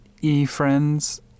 e-friends